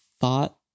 thought